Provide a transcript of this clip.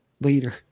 later